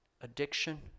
addiction